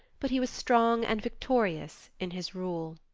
but he was strong and victorious in his rule.